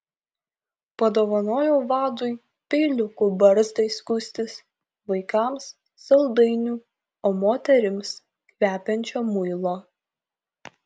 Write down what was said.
padovanojau vadui peiliukų barzdai skustis vaikams saldainių o moterims kvepiančio muilo